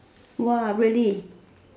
!wah! really